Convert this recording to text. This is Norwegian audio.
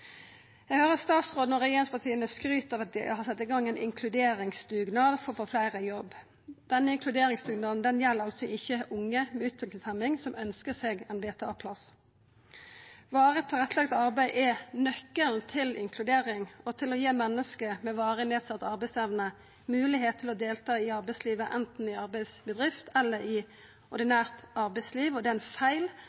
Eg høyrer at statsråden og regjeringspartia skryter av at dei har sett i gang ein inkluderingsdugnad for å få fleire i jobb. Denne inkluderingsdugnaden gjeld altså ikkje unge med utviklingshemming som ønskjer seg ein VTA-plass. Varig tilrettelagt arbeid er nøkkelen til inkludering og til å gi menneske med varig nedsette arbeidsevner moglegheit til å delta i arbeidslivet, anten i arbeidsbedrift eller i